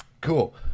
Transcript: Cool